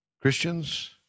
Christians